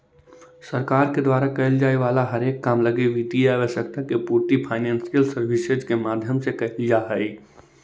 सरकार के द्वारा कैल जाए वाला हरेक काम लगी वित्तीय आवश्यकता के पूर्ति फाइनेंशियल सर्विसेज के माध्यम से कैल जा हई